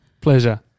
Pleasure